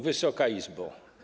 Wysoka Izbo!